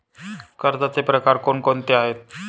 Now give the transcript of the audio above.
कर्जाचे प्रकार कोणकोणते आहेत?